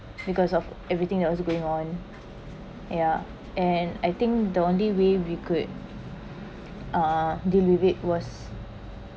because of everything that was going on ya and I think the only way we could uh derivate was